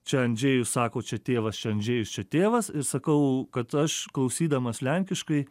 čia andžėjus sako čia tėvas čia andžėjus čia tėvas ir sakau kad aš klausydamas lenkiškai